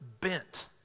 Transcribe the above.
bent